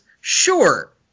Sure